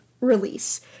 release